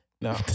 No